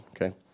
okay